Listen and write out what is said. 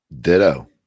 Ditto